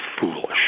foolish